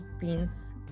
beans